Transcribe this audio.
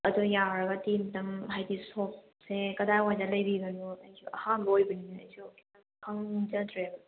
ꯑꯗꯣ ꯌꯥꯔꯒꯗꯤ ꯑꯝꯇꯪ ꯍꯥꯏꯗꯤ ꯁꯣꯞꯁꯦ ꯀꯗꯥꯏꯋꯥꯏꯗ ꯂꯩꯕꯤꯕꯅꯣꯗꯣ ꯑꯩꯁꯨ ꯑꯍꯥꯟꯕ ꯑꯣꯏꯕꯅꯤꯅ ꯑꯩꯁꯨ ꯈꯪꯖꯗ꯭ꯔꯦꯕ